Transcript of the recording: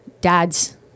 Dad's